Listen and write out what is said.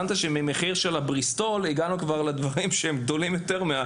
הבנת שממחיר הבריסטול הגענו כבר לדברים שהם גדולים יותר?